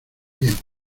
bien